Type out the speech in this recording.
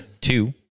Two